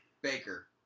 Baker